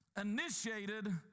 initiated